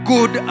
Good